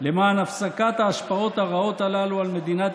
למען הפסקת ההשפעות הרעות הללו על מדינת